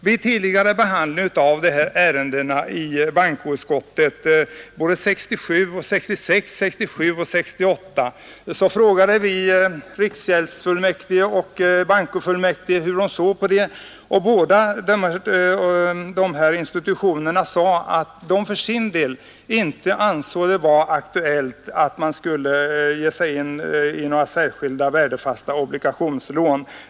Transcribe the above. Vid behandlingen av ärendet i bankoutskottet både 1966, 1967 och 1968 frågade vi riksgäldsfullmäktige och bankofullmäktige hur de såg på denna fråga. Båda institutionerna sade att de för sin del inte ansåg det vara aktuellt att utge några värdefasta obligationslån.